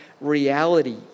reality